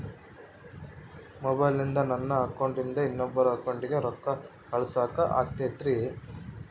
ಮೊಬೈಲಿಂದ ನನ್ನ ಅಕೌಂಟಿಂದ ಇನ್ನೊಬ್ಬರ ಅಕೌಂಟಿಗೆ ರೊಕ್ಕ ಕಳಸಾಕ ಆಗ್ತೈತ್ರಿ?